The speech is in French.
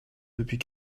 depuis